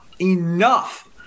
enough